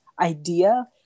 idea